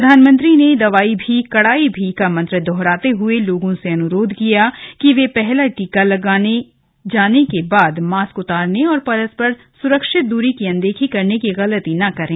प्रधानमंत्री ने दवाई भी कड़ाई भी का मंत्र दोहराते हुए लोगों से अनुरोध किया कि वे पहला टीका लगाए जाने के बाद मास्क उतारने और परस्पर सुरक्षित दूरी की अनदेखी करने की गलती न करें